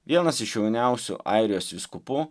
vienas iš jauniausių airijos vyskupų